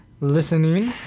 listening